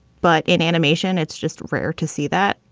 but in animation it's just rare to see that.